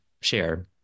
share